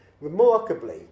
remarkably